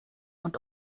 und